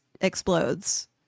explodes